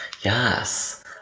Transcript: yes